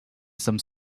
some